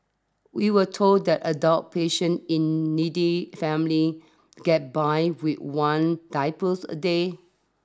we were told that adult patients in needy families get by with one diaper a day